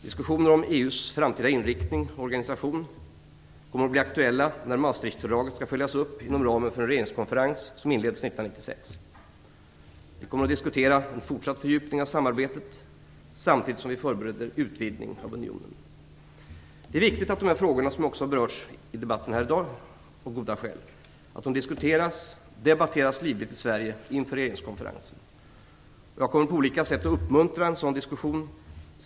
Diskussioner om EU:s framtida inriktning och organisation kommer att bli aktuella när Maastrichtfördraget skall följas upp inom ramen för en regeringskonferens som inleds 1996. Vi kommer att diskutera en fortsatt fördjupning av samarbetet samtidigt som vi förbereder en utvidgning av unionen. Det är viktigt att dessa frågor, som också har berörts i debatten här i dag, av goda skäl, diskuteras och debatteras livligt i Sverige inför regeringskonferensen. Jag kommer att på olika sätt uppmuntra en sådan diskussion.